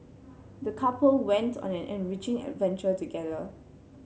the couple went on an enriching adventure together